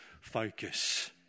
focus